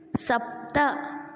सप्त